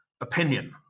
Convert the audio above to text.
opinion